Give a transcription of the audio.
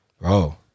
Bro